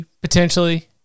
potentially